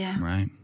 right